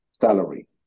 salary